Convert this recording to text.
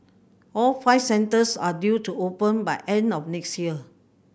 all five centres are due to open by end of next year